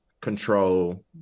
control